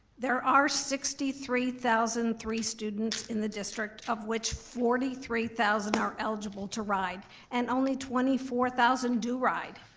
there are sixty three thousand and three students in the district of which forty three thousand are eligible to ride and only twenty four thousand do ride.